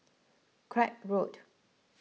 Craig Road